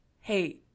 hey